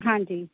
ਹਾਂਜੀ